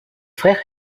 frères